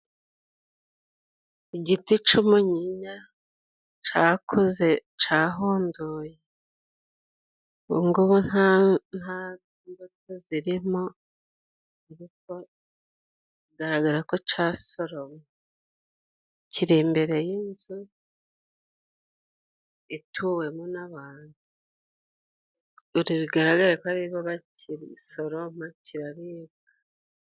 Igiti cy'umunyinya, cyakuze, cyahunduruye ubungubu nta mbuto zirimo ariko bigaragara ko cyasoromwe. Kiri imbere y'inzu, ituwemo n'abantu . Dore bigaragare ko ari bo bagisoroma, kiraribwa .